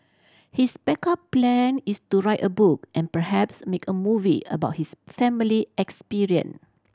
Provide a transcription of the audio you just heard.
his backup plan is to write a book and perhaps make a movie about his family experience